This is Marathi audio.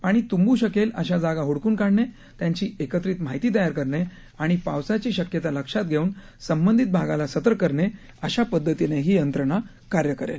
पाणी तुंबू शकेल अशा जागा हुडकून काढणे त्यांची एकत्रित माहिती तयार करणे आणि पावसाची शक्यता लक्षात घेऊन संवंधित भागाला सतर्क करणे अशा पद्धतीने ही यंत्रणा काम करेल